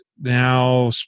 now